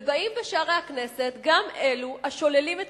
ובאים בשערי הכנסת גם אלה השוללים את